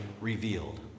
revealed